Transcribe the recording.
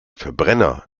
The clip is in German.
verbrenner